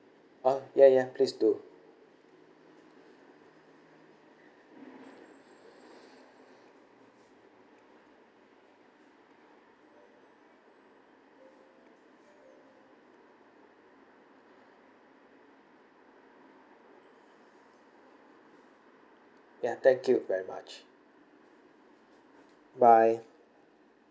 oh ya ya please do ya thank you very much bye